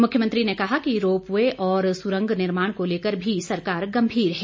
मुख्यमंत्री ने कहा कि रोप वे और सुरंग निर्माण को लेकर भी सरकार गंभीर है